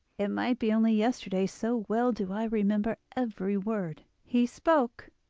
it might be only yesterday so well do i remember every word he spoke.